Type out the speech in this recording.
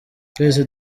twese